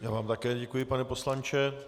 Já vám také děkuji, pane poslanče.